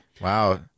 Wow